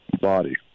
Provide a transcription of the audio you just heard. body